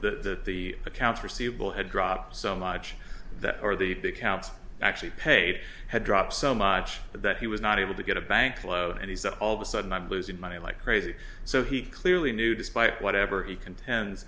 the the accounts receivable had dropped so much that or the big counts actually paid had dropped so much that he was not able to get a bank loan and he said all the sudden i'm losing money like crazy so he clearly knew despite whatever he contend